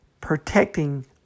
protecting